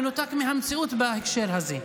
מנותק מהמציאות בהקשר הזה.